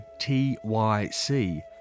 TYC